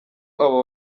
abo